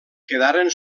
quedaren